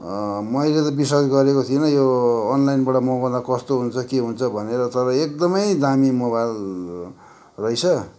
मैले त विश्वास गरेको थिइन यो अनलाइनबाट मगाउँदा कस्तो हुन्छ के हुन्छ भनेर तर एकदमै दामी मोबाइल रहेछ